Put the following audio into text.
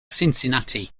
cincinnati